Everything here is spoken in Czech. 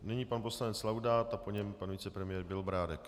Nyní pan poslanec Laudát a po něm pan vicepremiér Bělobrádek.